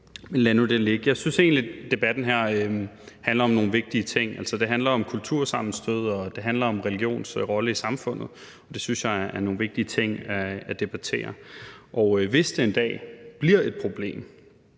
lad nu det ligge. Jeg synes egentlig, at debatten her handler om nogle vigtige ting. Den handler om kultursammenstød, og den handler om religionens rolle i samfundet, og det synes jeg er nogle vigtige ting at debattere, og hvis det en dag bliver et problem